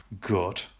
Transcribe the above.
good